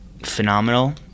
phenomenal